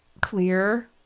clear